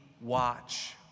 watch